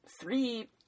three